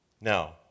Now